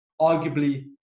arguably